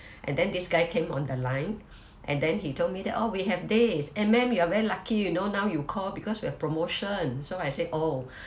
and then this guy came on the line and then he told me that oh we have this eh ma'am you are very lucky you know now you call because we have promotion so I say oh